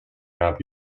not